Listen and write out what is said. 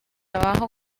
abajo